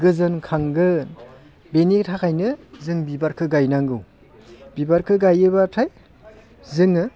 गोजोन खांगोन बेनि थाखायनो जों बिबारखौ गायनांगौ बिबारखौ गायोबाथाय जोङो